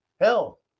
Hell